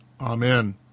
Amen